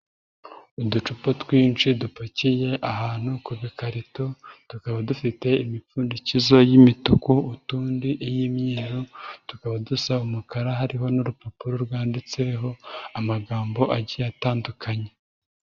Uducupa twinshi dupakiye ahantu ku gakarito, tukaba dufite imipfundikizo y'imituku utundi iy'imyeru, tukaba dusa umukara hariho n'urupapuro rwanditseho amagambo agiye atandukanye.